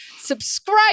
subscribe